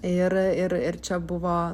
ir ir čia buvo